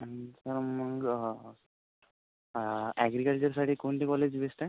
तर मग ॲग्रिकल्चरसाठी कोणते कॉलेज बेस्ट आहे